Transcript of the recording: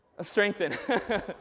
Strengthen